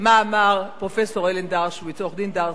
מה אמר פרופסור אלן דרשוביץ, עורך-דין דרשוביץ.